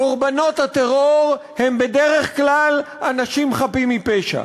קורבנות הטרור הם בדרך כלל אנשים חפים מפשע,